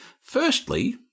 Firstly